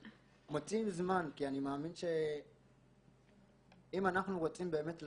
מוצאים זמן כי אני מאמין שאם אנחנו רוצים באמת להצליח,